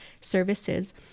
services